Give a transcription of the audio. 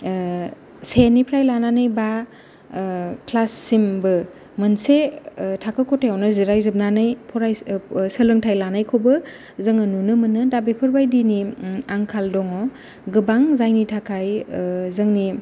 सेनिफ्राय लानानै बा क्लाससिमबो मोनसे थाखो खथायावनो जिराय जोबनानै सोलोंथाइ लानायखौबो जोङो नुनो मोनो दा बेफोरबायदिनि आंखाल दङ गोबां जायनि थाखाय जोंनि